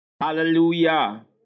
Hallelujah